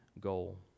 goal